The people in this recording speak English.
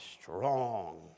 strong